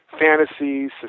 fantasies